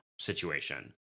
situation